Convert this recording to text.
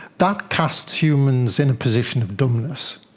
that casts humans in a position of dominance.